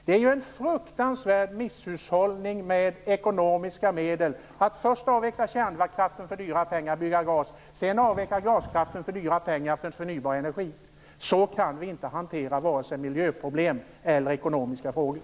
Det är ju en fruktansvärd misshushållning med ekonomiska medel att först avveckla kärnkraften för dyra pengar och bygga ut gaskraften, sedan avveckla gaskraften för dyra pengar och övergå till förnybar energi. Så kan vi inte hantera vare sig miljöproblem eller ekonomiska frågor.